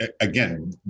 again